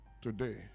today